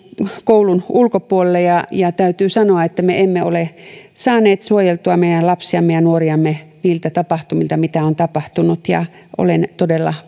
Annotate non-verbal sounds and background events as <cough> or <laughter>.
<unintelligible> <unintelligible> koulun ulkopuolella <unintelligible> täytyy sanoa että me emme ole saaneet suojeltua meidän lapsiamme ja nuoriamme niiltä tapahtumilta mitä on tapahtunut ja olen todella <unintelligible>